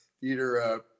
theater